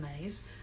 maze